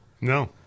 No